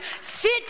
Sit